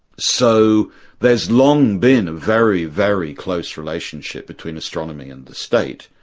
so there's long been a very, very close relationship between astronomy and the state.